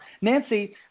Nancy